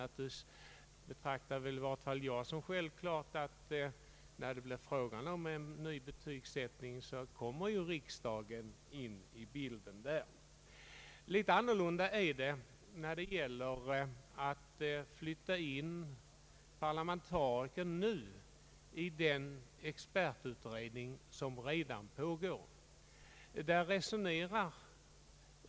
Jag betraktar det i varje fall som självklart att riksdagen här kommer in i bilden, när det blir fråga om en ny betygsättning. Litet annorlunda ställer det sig när det gäller att nu flytta in parlamentariker i den expertutredning som redan pågår.